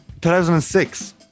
2006